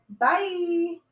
Bye